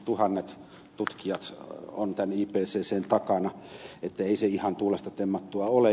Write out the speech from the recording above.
tuhannet tutkijat ovat tämän ipccn takana ei se ihan tuulesta temmattua ole